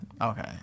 Okay